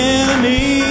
enemy